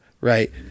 right